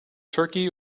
turkey